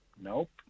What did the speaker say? Nope